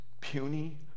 puny